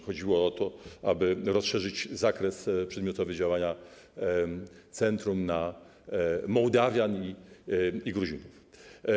Chodziło o to, aby rozszerzyć zakres przedmiotowy działania centrum na Mołdawian i Gruzinów.